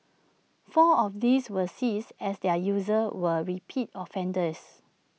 four of these were seized as their users were repeat offenders